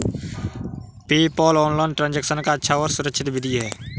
PayPal online transaction का अच्छा और सुरक्षित विधि है